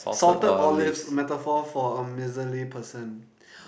salted olives metaphor for a miserly person